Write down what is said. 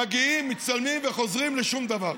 מגיעים, מצטלמים וחוזרים, ושום דבר.